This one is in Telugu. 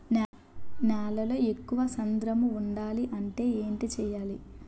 నేలలో ఎక్కువ సాంద్రము వుండాలి అంటే ఏంటి చేయాలి?